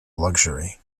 luxury